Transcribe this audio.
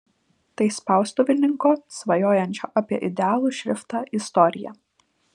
tai spaustuvininko svajojančio apie idealų šriftą istorija